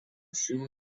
šių